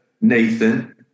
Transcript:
Nathan